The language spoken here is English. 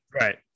right